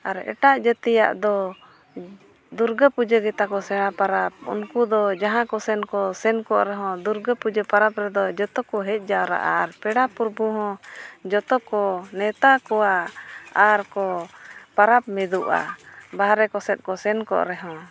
ᱟᱨ ᱮᱴᱟᱜ ᱡᱟᱹᱛᱤᱭᱟᱜ ᱫᱚ ᱫᱩᱨᱜᱟᱹ ᱯᱩᱡᱟᱹ ᱜᱮᱛᱟ ᱠᱚ ᱥᱮᱬᱟ ᱯᱚᱨᱚᱵᱽ ᱩᱱᱠᱩ ᱫᱚ ᱡᱟᱦᱟᱸ ᱠᱚᱥᱮᱱ ᱠᱚ ᱥᱮᱱ ᱠᱚᱜ ᱨᱮᱦᱚᱸ ᱫᱩᱨᱜᱟᱹᱯᱩᱡᱟᱹ ᱯᱚᱨᱚᱵᱽ ᱨᱮᱫᱚ ᱡᱚᱛᱚ ᱠᱚ ᱦᱮᱡ ᱡᱟᱣᱨᱟᱜᱼᱟ ᱟᱨ ᱯᱮᱲᱟ ᱯᱨᱚᱵᱷᱩ ᱦᱚᱸ ᱡᱚᱛᱚ ᱠᱚ ᱱᱮᱶᱛᱟ ᱠᱚᱣᱟ ᱟᱨ ᱠᱚ ᱯᱚᱨᱚᱵᱽ ᱢᱤᱫᱚᱜᱼᱟ ᱵᱟᱦᱨᱮ ᱠᱚᱥᱮᱫ ᱠᱚ ᱥᱮᱱᱠᱚᱜ ᱨᱮᱦᱚᱸ